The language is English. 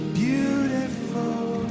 beautiful